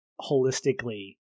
holistically